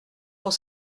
pour